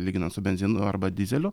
lyginan su benzinu arba dyzeliu